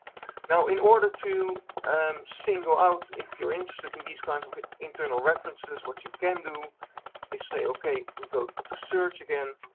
now, in order to um single out if you're interested in these kinds of internal references what you can do they say, okay, we go to search again